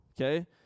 okay